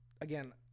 Again